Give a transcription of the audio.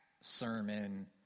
sermon